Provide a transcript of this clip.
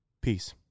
Peace